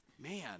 Man